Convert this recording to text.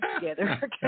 together